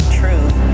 truth